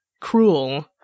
cruel